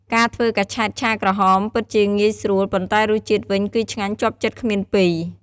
ការធ្វើកញ្ឆែតឆាក្រហម ពិតជាងាយស្រួល ប៉ុន្តែរសជាតិវិញគឺឆ្ងាញ់ជាប់ចិត្តគ្មានពីរ។